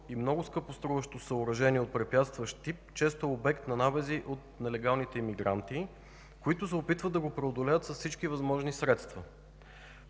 и много скъпоструващо съоръжение от препятстващ тип често е обект на набези от нелегалните имигранти, които се опитват да го преодолеят с всички възможни средства,